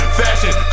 fashion